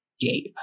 Gabe